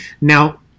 Now